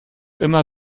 immer